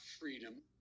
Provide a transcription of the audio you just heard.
freedom